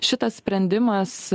šitas sprendimas